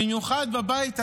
במיוחד בבית הזה,